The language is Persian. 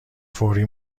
فوری